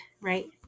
right